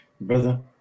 Brother